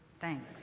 Thanks